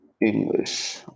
English